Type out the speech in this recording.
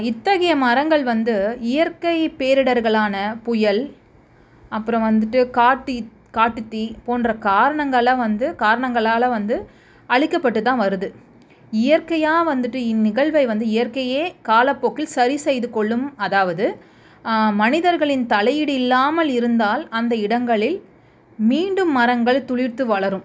இத்தகைய மரங்கள் வந்து இயற்கை பேரிடர்களான புயல் அப்புறம் வந்துட்டு காட்டுத் காட்டுத்தீ போன்ற காரணங்கள்லா வந்து காரணங்களால் வந்து அழிக்கப்பட்டுதான் வருது இயற்கையா வந்துட்டு இந்நிகழ்வை வந்து இயற்கையே காலப்போக்கில் சரி செய்துக்கொள்ளும் அதாவது மனிதர்களின் தலையீடு இல்லாமல் இருந்தால் அந்த இடங்களில் மீண்டும் மரங்கள் துளிர்த்து வளரும்